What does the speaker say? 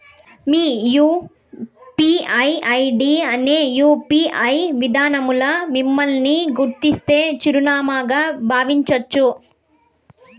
మీ UPI ID అనేది UPI విదానంల మిమ్మల్ని గుర్తించే చిరునామాగా బావించచ్చు